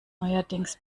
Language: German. neuerdings